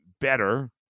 better –